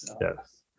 Yes